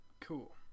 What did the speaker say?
Cool